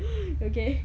you okay